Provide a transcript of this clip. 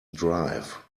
drive